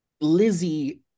Lizzie